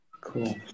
Cool